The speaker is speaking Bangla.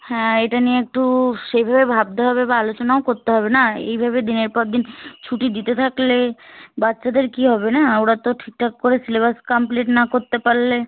হ্যাঁ এইটা নিয়ে একটু সেইভাবে ভাবতে হবে বা আলোচনাও করতে হবে না এইভাবে দিনের পর দিন ছুটি দিতে থাকলে বাচ্চাদের কী হবে না ওরা তো ঠিকঠাক করে সিলেবাস কমপ্লিট না করতে পারলে